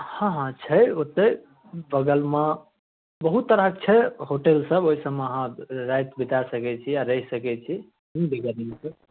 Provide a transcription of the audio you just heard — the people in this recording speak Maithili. हँ हँ छै ओत्तै बगलमे बहुत तरहक छै होटेल सब ओहिसब मे आहाँ राति बिता सकै छी आ रहि सकै छी कोनो दिक्कत नहि छै